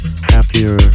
happier